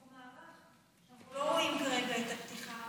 מערך שאנחנו לא רואים בו כרגע את הפתיחה?